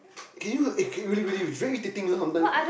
can you eh really really very irritating you know sometimes